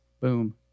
Boom